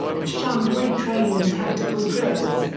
and shunned weight training and tactical drills,